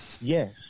Yes